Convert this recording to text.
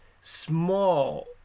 small